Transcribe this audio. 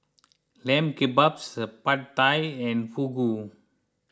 Lamb Kebabs Pad Thai and Fugu